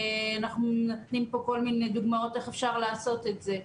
אנחנו נותנים פה כל מיני דוגמאות איך אפשר לעשות את זה.